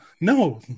no